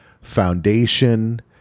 foundation